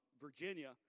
Virginia